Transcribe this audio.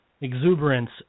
exuberance